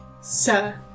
sir